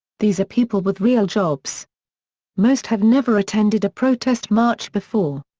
these are people with real jobs most have never attended a protest march before.